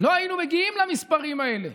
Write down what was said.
לא היינו מגיעים למספרים האלה.